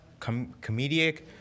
comedic